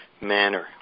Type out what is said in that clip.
manner